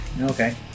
Okay